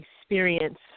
experience